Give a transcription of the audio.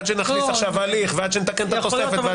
אז שנכניס עכשיו הליך ועד שנתקן את התוספת.